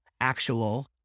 actual